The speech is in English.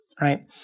right